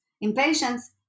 Impatience